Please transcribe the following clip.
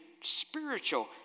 spiritual